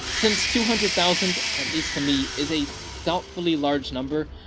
since two hundred thousand, at least to me, is a doubtfully large number,